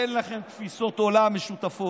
אין לכם תפיסות עולם משותפות,